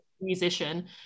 Musician